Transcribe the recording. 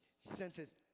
senses